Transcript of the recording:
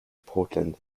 portland